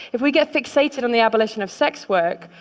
if we get fixated on the abolition of sex work,